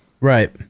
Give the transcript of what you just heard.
Right